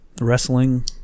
Wrestling